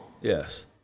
Yes